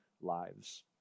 lives